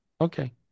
Okay